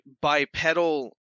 bipedal